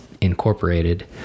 incorporated